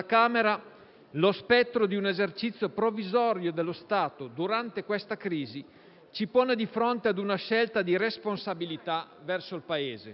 lo spettro di un esercizio provvisorio dello Stato durante questa crisi, ci pone di fronte ad una scelta di responsabilità verso il Paese.